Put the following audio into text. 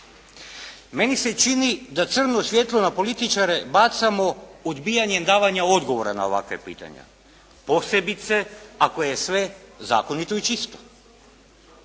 Meni se čini da crno svjetlo na političare bacamo odbijanjem davanja odgovora na ovakva pitanja. Posebice ako je sve zakonito i čisto.